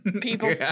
people